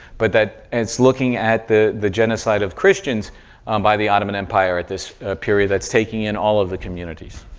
but that it's looking at the the genocide of christians by the ottoman empire at this period that's taking in all of the communities.